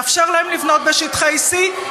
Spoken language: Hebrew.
לאפשר להם לבנות בשטחי C?